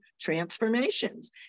transformations